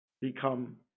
become